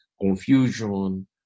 confusion